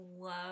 love